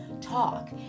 talk